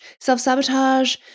Self-sabotage